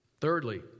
Thirdly